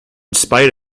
spite